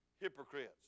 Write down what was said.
hypocrites